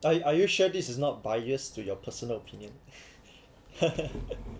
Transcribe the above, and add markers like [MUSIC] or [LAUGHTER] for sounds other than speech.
are are you sure this is not bias to your personal opinion [LAUGHS]